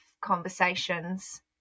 conversations